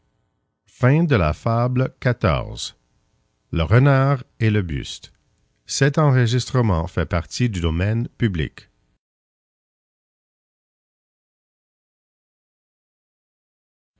xiv le renard et le buste